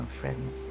friends